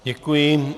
Děkuji.